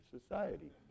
society